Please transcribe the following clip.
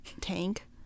tank